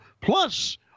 plus